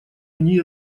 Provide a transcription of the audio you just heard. они